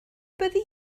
byddi